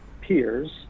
peers